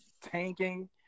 tanking